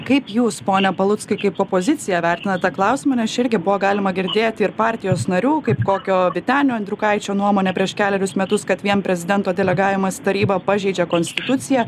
kaip jūs pone paluckai kaip opozicija vertina tą klausimą nes čia irgi buvo galima girdėti ir partijos narių kaip kokio vytenio andriukaičio nuomonę prieš kelerius metus kad vien prezidento delegavimas į tarybą pažeidžia konstituciją